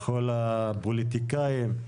לכל הפוליטיקאים,